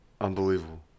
unbelievable